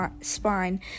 spine